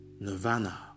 nirvana